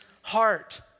heart